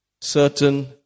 certain